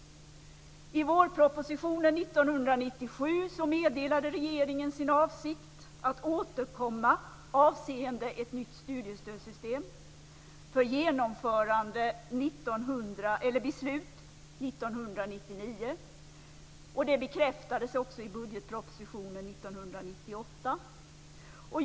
I vårpropositionen 1997 meddelade regeringen sin avsikt att återkomma avseende ett nytt studiestödssystem för beslut 1999. Det bekräftades också i budgetpropositionen 1998.